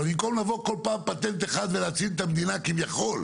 אבל במקום לבוא בכל פעם עם פטנט אחד ולהציל את המדינה כביכול,